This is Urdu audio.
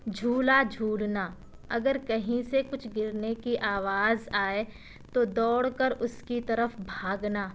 جھولا جھولنا اگر کہیں سے کچھ گرنے کی آواز آئے تو ڈوڑ کر اس کی طرف بھاگنا